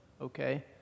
okay